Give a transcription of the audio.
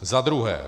Za druhé.